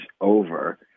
over